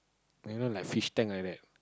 you know like fish tank like that